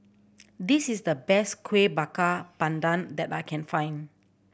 this is the best Kueh Bakar Pandan that I can find